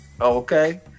Okay